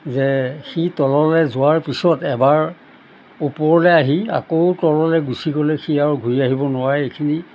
যে সি তললৈ যোৱাৰ পিছত এবাৰ ওপৰলৈ আহি আকৌ তললৈ গুচি গ'লে সি আৰু ঘূৰি আহিব নোৱাৰে এইখিনি